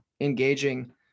engaging